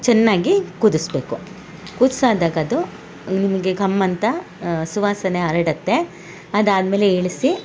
ಚೆನ್ನಾಗಿ ಕುದಿಸಬೇಕು ಕುದ್ಸಾದಕದು ನಿಮಗೆ ಘಮ್ ಅಂತ ಸುವಾಸನೆ ಹರಡತ್ತೆ ಅದಾದ ಮೇಲೆ ಇಳಿಸಿ